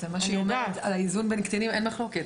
מה שהיא אומרת על האיזון בין קטינים, אין מחלוקת.